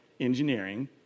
engineering